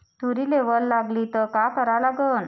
तुरीले वल लागली त का करा लागन?